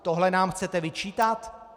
Tohle nám chcete vyčítat?